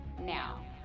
now